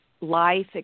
Life